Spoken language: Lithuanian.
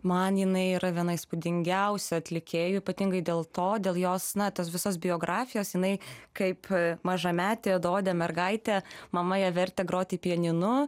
man jinai yra viena įspūdingiausių atlikėjų ypatingai dėl to dėl jos na tos visos biografijos jinai kaip mažametė juodaodė mergaitė mama ją vertė groti pianinu